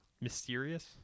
mysterious